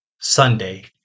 Sunday